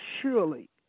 surely